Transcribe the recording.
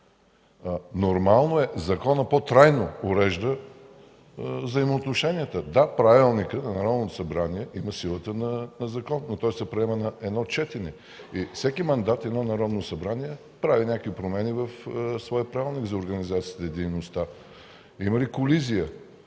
Нормално е, законът по-трайно урежда взаимоотношенията. Да, правилникът на Народното събрание има силата на закон, но той се приема на едно четене. Всяко Народно събрание прави някакви промени в своя Правилник за организацията